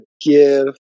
give